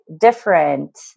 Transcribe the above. different